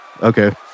Okay